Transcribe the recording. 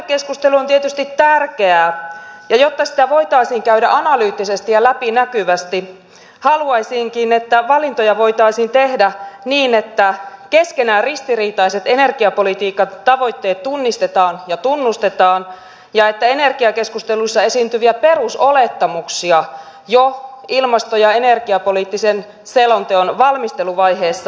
tavoitekeskustelu on tietysti tärkeää ja jotta sitä voitaisiin käydä analyyttisesti ja läpinäkyvästi haluaisinkin että valintoja voitaisiin tehdä niin että keskenään ristiriitaiset energiapolitiikan tavoitteet tunnistetaan ja tunnustetaan ja että energiakeskusteluissa esiintyviä perusolettamuksia jo ilmasto ja energiapoliittisen selonteon valmisteluvaiheessa aukaistaan